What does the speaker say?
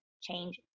change